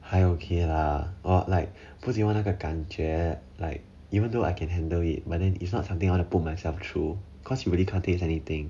还 okay lah 我 like 不喜欢那个感觉 like even though I can handle it but then it's not something I wanna put myself through cause you really can't taste anything